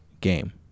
game